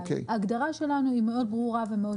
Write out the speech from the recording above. ההגדרה שלנו היא מאוד ברורה ומאוד